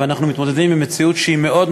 ואנחנו מתמודדים עם מציאות שהיא משונה